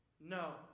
No